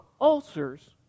ulcers